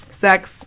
sex